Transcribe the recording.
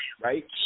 right